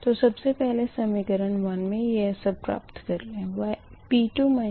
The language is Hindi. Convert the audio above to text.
तो सबसे पहले समीकरण 1 मे यह सब प्राप्त कर लें